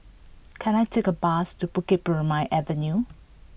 can I take a bus to Bukit Purmei Avenue